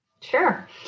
Sure